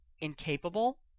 Incapable